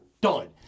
done